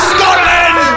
Scotland